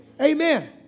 amen